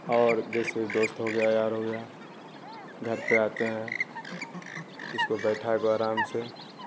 اور جیسے دوست ہو گیا یار ہو گیا گھر پہ آتے ہیں تو اس کو بیٹھا کو آرام سے